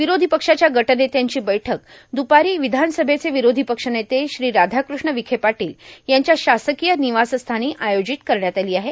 र्वरोधी पक्षाच्या गटनेत्यांची बैठक द्पारी ावधानसभेचे ावरोधी पक्षनेते राधाकृष्ण ावखे पाटाल यांच्या शासकांय र्णनवासस्थानी आयोजित करण्यात आलो आहे